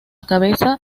cabeza